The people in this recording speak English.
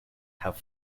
have